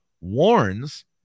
warns